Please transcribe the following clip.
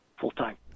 full-time